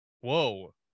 whoa